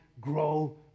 grow